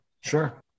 Sure